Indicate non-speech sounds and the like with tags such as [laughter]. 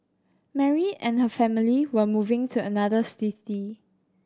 Mary and her family were moving to another [unintelligible] city